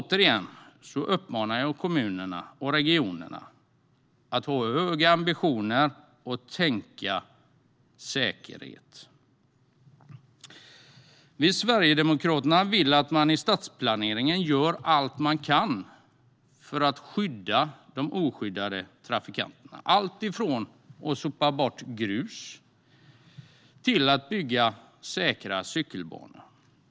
Jag uppmanar återigen kommunerna och regionerna att ha höga ambitioner och tänka säkerhet. Vi i Sverigedemokraterna vill att man vid stadsplaneringen gör allt man kan för att skydda de oskyddade trafikanterna - alltifrån att sopa bort grus till att bygga säkra cykelbanor.